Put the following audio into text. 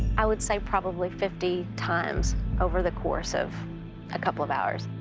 i would say probably fifty times over the course of a couple of hours.